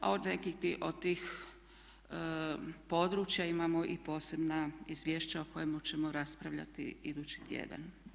A od nekih od tih područja imamo i posebna izvješća o kojima ćemo raspravljati idući tjedan.